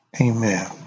Amen